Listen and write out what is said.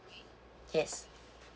yes